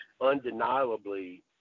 undeniably